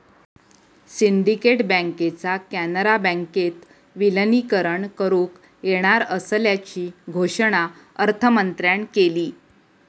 syndicate बँकेचा कॅनरा बँकेत विलीनीकरण करुक येणार असल्याची घोषणा अर्थमंत्र्यांन केली